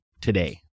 today